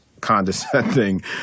condescending